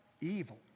evil